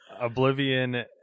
Oblivion